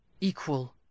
equal